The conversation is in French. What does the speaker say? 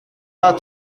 pas